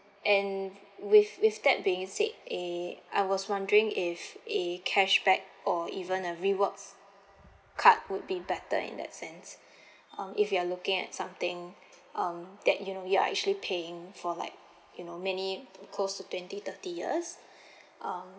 and with with that being said eh I was wondering if a cashback or even a rewards card would be better in that sense um if you are looking at something um that you know you are actually paying for like you know many close to twenty thirty years uh